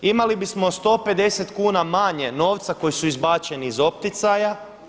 Imali bismo 150 kuna manje novca koji su izbačeni iz opticaja.